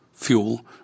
fuel